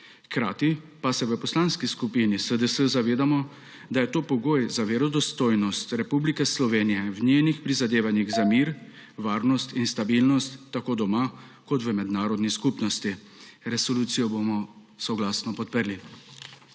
Hkrati pa se v Poslanski skupini SDS zavedamo, da je to pogoj za verodostojnost Republike Slovenije v njenih prizadevanjih za mir, varnost in stabilnost tako doma kot v mednarodni skupnosti. Resolucijo bomo soglasno podprli.